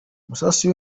amasasu